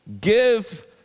give